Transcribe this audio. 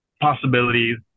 possibilities